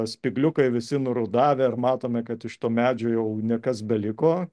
spygliukai visi nurudavę ir matome kad iš to medžio jau ne kas beliko